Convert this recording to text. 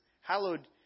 Hallowed